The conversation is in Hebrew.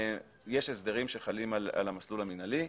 יש הסדרים שחלים על המסלול המנהלי.